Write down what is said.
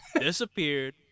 Disappeared